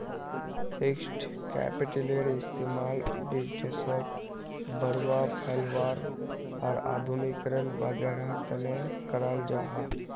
fixed कैपिटलेर इस्तेमाल बिज़नेसोक बढ़ावा, फैलावार आर आधुनिकीकरण वागैरहर तने कराल जाहा